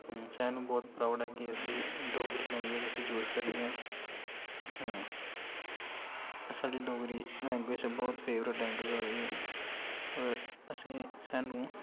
सानूं बौह्त प्राउड ऐ कि असी डोगरी लैंग्वेज़ अस यूज़ करने आं साढ़ी डोगरी लैंग्वेज़ बड़ी फेवरट लैंग्वेज़ हो गेई ऐ होर असें सानूं